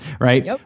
right